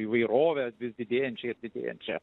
įvairovę vis didėjančią ir didėjančią